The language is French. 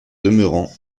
demeurant